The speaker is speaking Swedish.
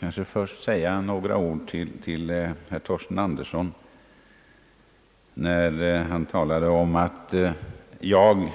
Först vill jag säga några ord till herr Torsten Andersson, som talade om att jag